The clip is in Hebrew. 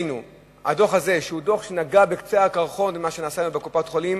הדוח הזה שנגע בקצה הקרחון על מה שנעשה היום בקופת-חולים